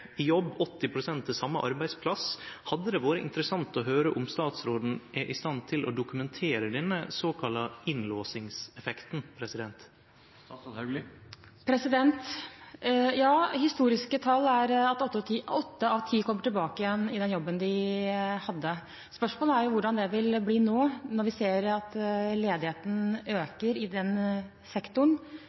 i jobb, 80 pst. til same arbeidsplass, hadde det vore interessant å høyre om statsråden er i stand til å dokumentere denne såkalla innlåsingseffekten. Ja, historiske tall er at åtte av ti kommer tilbake igjen i den jobben de hadde. Spørsmålet er jo hvordan det vil bli nå, når vi ser at ledigheten øker i den sektoren